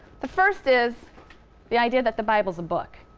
the first is the idea that the bible's a book.